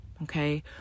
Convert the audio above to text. Okay